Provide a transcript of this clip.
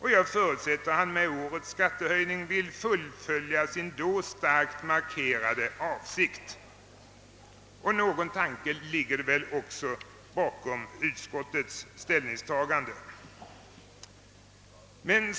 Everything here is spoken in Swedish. Jag förutsätter att han med årets skattehöjning vill fullfölja sin då starkt markerade avsikt. Och någon tanke ligger det väl också bakom utskottets ställningstagande.